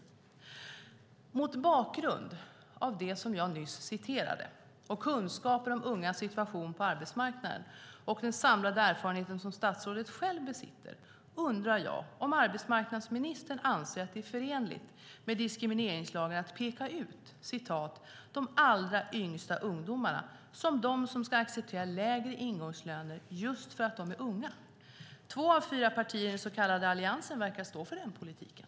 Mot bakgrund av det jag nyss citerade, kunskapen om ungas situation på arbetsmarknaden och den samlade erfarenheten som statsrådet själv besitter undrar jag om arbetsmarknadsministern anser att det är förenligt med diskrimineringslagen att peka ut "de allra yngsta ungdomarna" som de som ska acceptera lägre ingångslöner just för att de är unga. Två av fyra partier i den så kallade Alliansen verkar stå för den politiken.